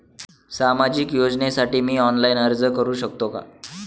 सामाजिक योजनेसाठी मी ऑनलाइन अर्ज करू शकतो का?